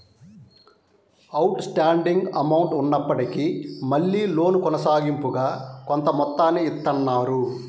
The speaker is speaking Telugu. అవుట్ స్టాండింగ్ అమౌంట్ ఉన్నప్పటికీ మళ్ళీ లోను కొనసాగింపుగా కొంత మొత్తాన్ని ఇత్తన్నారు